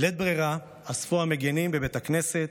בלית ברירה אספו המגינים בבית הכנסת,